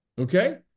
Okay